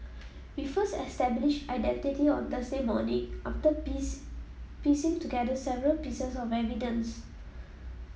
we first established identity on Thursday morning after piecing together several pieces of evidence